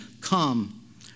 Come